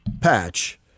Patch